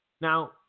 Now